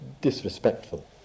disrespectful